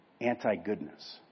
anti-goodness